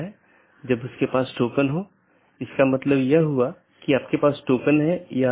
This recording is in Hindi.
एक और बात यह है कि यह एक टाइपो है मतलब यहाँ यह अधिसूचना होनी चाहिए